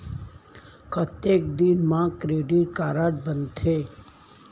कतेक दिन मा क्रेडिट कारड बनते?